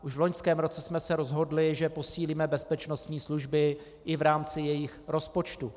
Už v loňském roce jsme se rozhodli, že posílíme bezpečnostní služby i v rámci jejich rozpočtu.